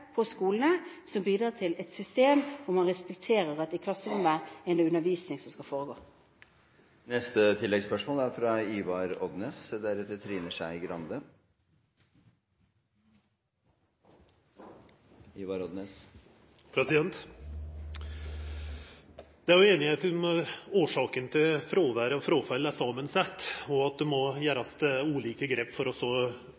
på skolene, som bidrar til et system hvor man respekterer at i klasserommet er det undervisning som skal foregå. Ivar Odnes – til oppfølgingsspørsmål. Det er einigheit om at årsaka til fråvær og fråfall er samansett, og at det må